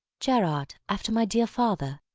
gerard, after my dear father.